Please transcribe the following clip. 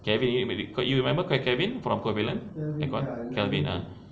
kevin you re~ remember kevin from covalent aircon eh kevin